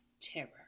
terror